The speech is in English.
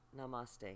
namaste